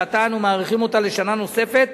ועתה אנו מאריכים אותה בשנה נוספת,